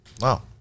Wow